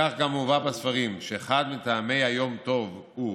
כך גם מובא בספרים, שאחד מטעמי היום-טוב הוא